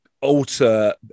alter